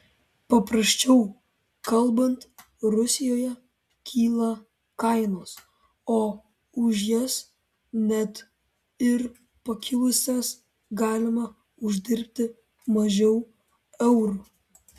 paprasčiau kalbant rusijoje kyla kainos o už jas net ir pakilusias galima uždirbti mažiau eurų